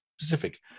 specific